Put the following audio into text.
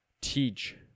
teach